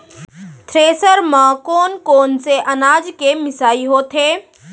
Thresher म कोन कोन से अनाज के मिसाई होथे?